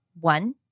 One